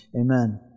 Amen